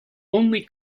only